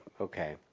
okay